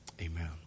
Amen